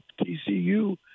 TCU